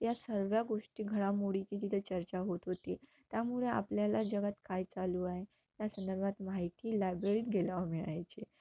या सर्व गोष्टी घडामोडीची तिथे चर्चा होत होती त्यामुळे आपल्याला जगात काय चालू आहे या संदर्भात माहिती लायब्ररीत गेल्यावर मिळायची